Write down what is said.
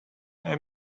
they